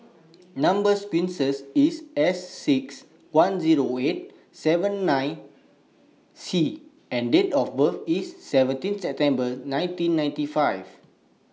Number sequence IS S six one Zero eight seven five nine C and Date of birth IS seventeen September nineteen fifty nine